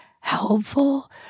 helpful